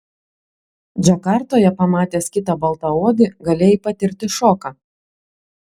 džakartoje pamatęs kitą baltaodį galėjai patirti šoką